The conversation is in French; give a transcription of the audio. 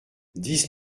dix